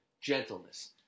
gentleness